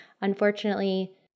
unfortunately